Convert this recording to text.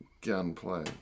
gunplay